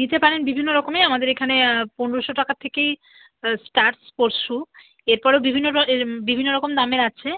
নিতে পারেন বিভিন্ন রকমই আমাদের এখানে পনেরোশো টাকা থেকেই স্টার্ট স্পোর্টস শ্যু এরপরেও বিভিন্ন ধ বিভিন্ন রকম দামের আছে